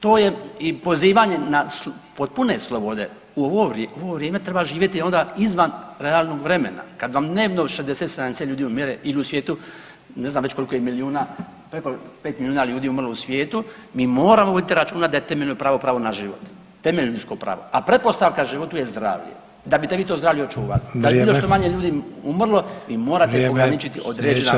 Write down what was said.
To je i pozivanje na potpune slobode, u ovo vrijeme treba živjeti onda izvan realnog vremena kad vam dnevno 60-70 ljudi umire ili u svijetu ne znam već koliko je milijuna, preko 5 milijuna ljudi je umrlo u svijetu, mi moramo voditi računa da je temeljno pravo pravo na život, temeljno ljudsko pravo, a pretpostavka životu je zdravlje da bite vi to zdravlje očuvali [[Upadica: Vrijeme]] da bi što manje ljudi umrlo vi morate ograničit određena ljudska prava.